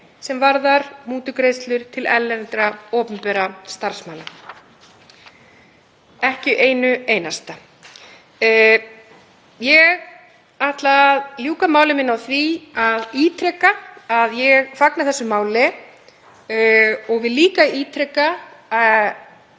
sem varðar mútugreiðslur til erlendra opinberra starfsmanna, ekki einu einasta. Ég ætla að ljúka máli mínu á því að ítreka að ég fagna þessu máli. Ég vil líka ítreka að